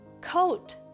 Coat